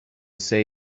say